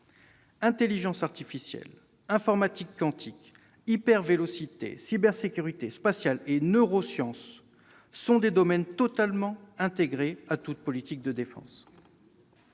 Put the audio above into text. Intelligence artificielle, informatique quantique, hypervélocité, cybersécurité, spatial et neurosciences sont des domaines totalement intégrés à toute politique de défense.